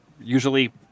usually